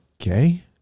Okay